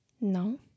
No